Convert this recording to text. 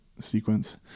sequence